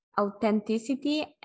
authenticity